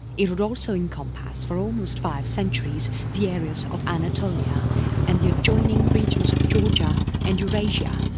it would also encompass for almost five centuries the areas of anatolia and the adjoining regions of georgia and eurasia,